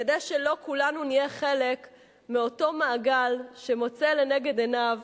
כדי שלא כולנו נהיה חלק מאותו מעגל שמוצא לנגד עיניו